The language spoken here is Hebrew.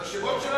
את השמות להם?